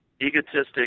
egotistic